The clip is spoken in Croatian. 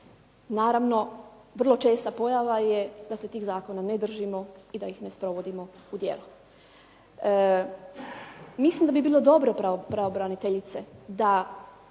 Naravno vrlo česta pojava je da se tih zakona ne držimo i da ih ne sprovodimo u djelo. Mislim da bi bilo dobro pravobraniteljice da